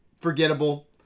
forgettable